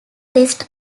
rest